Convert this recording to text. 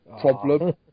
problem